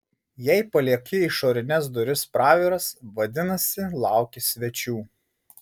jei palieki išorines duris praviras vadinasi lauki svečių